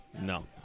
No